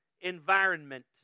environment